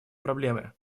проблемы